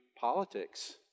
politics